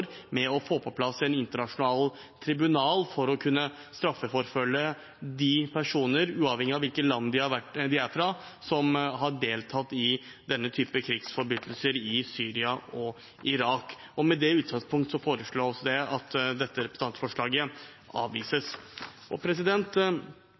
med å få på plass et internasjonalt tribunal for å kunne straffeforfølge personer, uavhengig av hvilket land de er fra, som har deltatt i denne type krigsforbrytelser i Syria og Irak. Med det utgangspunkt foreslås det at dette representantforslaget